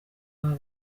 aba